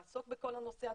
שתעסוק בכל הנושא הזה,